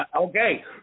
Okay